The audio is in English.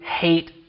hate